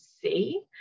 see